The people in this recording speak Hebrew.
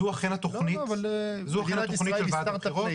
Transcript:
זו אכן התוכנית של ועדת הבחירות,